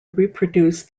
reproduce